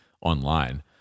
online